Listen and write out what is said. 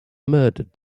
murdered